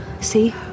See